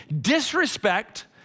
Disrespect